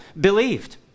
believed